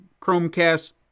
Chromecast